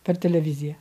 per televiziją